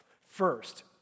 First